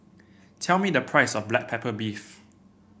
tell me the price of Black Pepper Beef